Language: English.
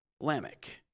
Lamech